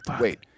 Wait